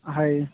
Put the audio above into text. high